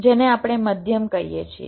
જેને આપણે મધ્યમ કહીએ છીએ